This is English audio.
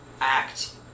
act